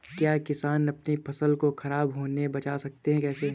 क्या किसान अपनी फसल को खराब होने बचा सकते हैं कैसे?